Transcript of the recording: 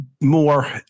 more